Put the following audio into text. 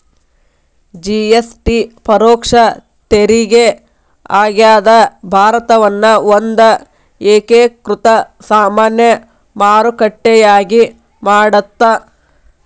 GST ಪರೋಕ್ಷ ತೆರಿಗೆ ಆಗ್ಯಾದ ಭಾರತವನ್ನ ಒಂದ ಏಕೇಕೃತ ಸಾಮಾನ್ಯ ಮಾರುಕಟ್ಟೆಯಾಗಿ ಮಾಡತ್ತ